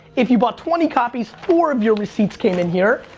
if you bought twenty copies, four of your receipts came in here.